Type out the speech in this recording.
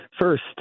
First